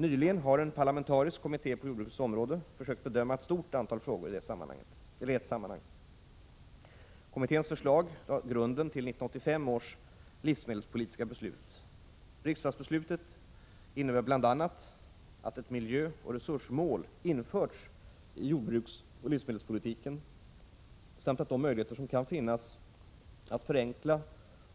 Nyligen har en parlamentarisk kommitté på jordbrukets område försökt bedöma ett stort antal frågor i ett sammanhang. Kommitténs förslag lade grunden till 1985 års livsmedelspolitiska beslut. Riksdagsbeslutet innebär bl.a. att ett miljöoch resursmål införts i jordbruksoch livsmedelspolitiken samt att de möjligheter som kan finnas att förenkla